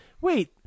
wait